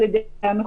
על-ידי המחוקק.